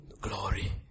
Glory